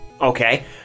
Okay